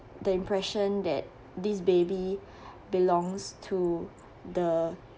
the impression that this baby belongs to the